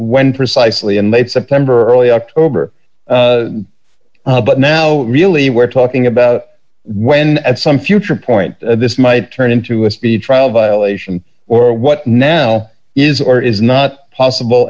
when precisely in late september early october but now really we're talking about when at some future point this might turn into a speedy trial violation or what now is or is not possible